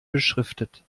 beschriftet